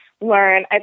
Learn